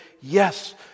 yes